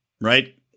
right